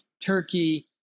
Turkey